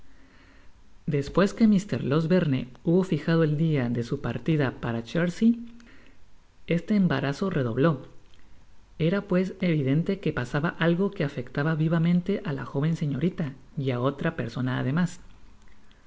despues que mr losberne hubo fijado el dia de su partida para chertsey este embarazo redobló era pues evidente que pasaba algo quo afectaba vivamente á la joven señorita y á otra persona además